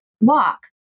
walk